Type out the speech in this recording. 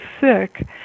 sick